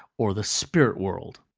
or the spirit world.